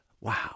wow